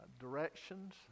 directions